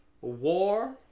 war